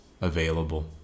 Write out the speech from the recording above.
available